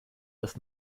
das